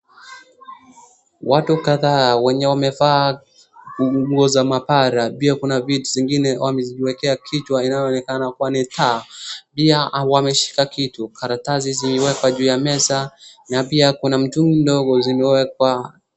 Watu kadhaa wenye wamevaa nguo za maabara pia kuna vitu zingine wameziwekea kichwa inayoonekana kuwa ni taa. Pia wameshika kitu, karatasi zimewekwa juu ya meza na pia kuna mitungi ndogo zimewekwa.